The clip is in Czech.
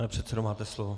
Pane předsedo, máte slovo.